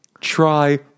Try